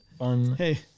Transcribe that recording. Hey